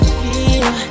feel